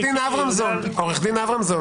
עורך דין אברמזון,